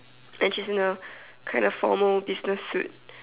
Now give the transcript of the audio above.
and she's in a kind of formal business suit